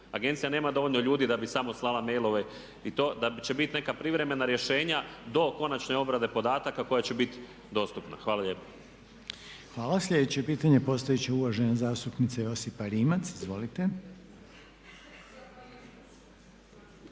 Agencija nema dovoljno ljudi da bi samo slala mailove i to da će biti neka privremena rješenja do konačne obrade podataka koja će biti dostupna. Hvala lijepa. **Reiner, Željko (HDZ)** Hvala. Sljedeće pitanje postavit će uvažena zastupnica Josipa Rimac. Izvolite.